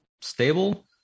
stable